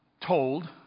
told